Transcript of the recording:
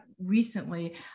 recently